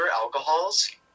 alcohols